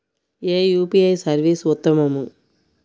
ఏ UPI service ఉత్తమము?